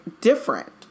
different